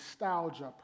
nostalgia